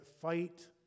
fight